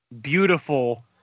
beautiful